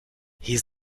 his